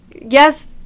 yes